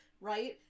right